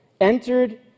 entered